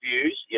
views